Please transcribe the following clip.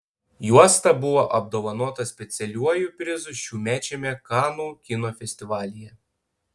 juosta buvo apdovanota specialiuoju prizu šiųmečiame kanų kino festivalyje